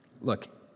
Look